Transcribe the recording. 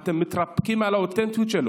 אתם מתרפקים על האותנטיות שלו.